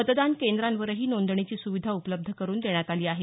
मतदान केंद्रांवरही नोंदणीची सुविधा उपलब्ध करून देण्यात आलेली आहे